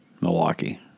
Milwaukee